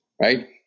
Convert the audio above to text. Right